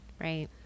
Right